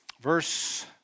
Verse